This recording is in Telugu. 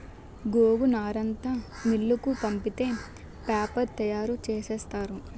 గోగునారంతా మిల్లుకు పంపితే పేపరు తయారు సేసేత్తారు